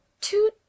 Two